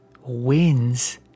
wins